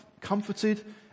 comforted